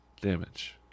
damage